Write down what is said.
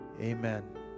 Amen